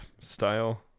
style